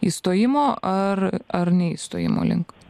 įstojimo ar ar ne įstojimo link